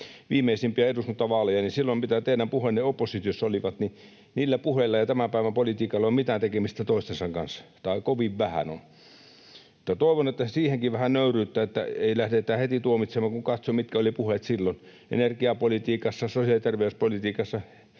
viimeisimpiä eduskuntavaaleja — sen, mitä teidän puheenne oppositiossa olivat. Niillä puheilla ja tämän päivän politiikalla ei ole mitään tekemistä toistensa kanssa. Tai kovin vähän on. Toivon siihenkin vähän nöyryyttä, että ei lähdetä heti tuomitsemaan, kun katson, mitkä olivat puheet silloin energiapolitiikassa, sosiaali- ja terveyspolitiikassa,